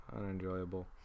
unenjoyable